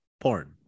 porn